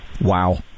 Wow